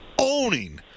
owning